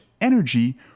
energy